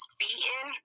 beaten